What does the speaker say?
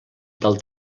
del